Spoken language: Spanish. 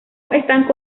están